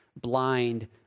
blind